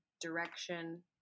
direction